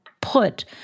put